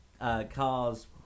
cars